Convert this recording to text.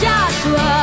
Joshua